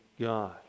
God